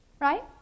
right